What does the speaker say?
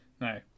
No